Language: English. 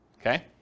okay